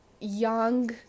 young